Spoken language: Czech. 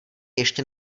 ještě